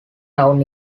town